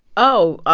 oh,